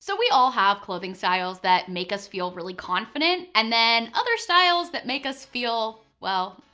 so we all have clothing styles that make us feel really confident. and then other styles that make us feel, well,